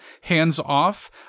hands-off